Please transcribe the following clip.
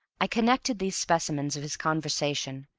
i connect these specimens of his conversation,